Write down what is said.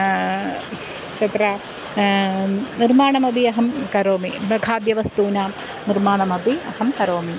तत्र निर्माणमपि अहं करोमि खाद्यवस्तूनां निर्माणमपि अहं करोमि